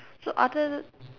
so other